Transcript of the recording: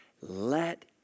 Let